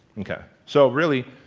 o k. so really,